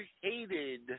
hated